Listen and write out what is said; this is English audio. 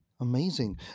Amazing